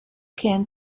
can